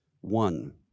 one